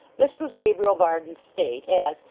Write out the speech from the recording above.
this was gabriel varden's state, as,